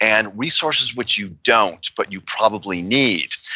and resources which you don't, but you probably need.